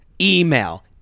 email